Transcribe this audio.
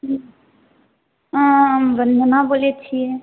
हँ हम वन्दना बोलै छियै